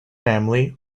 family